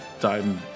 time